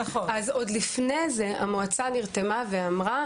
עוד לפני כן המועצה נרתמה ואמרה,